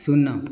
ଶୂନ